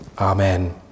Amen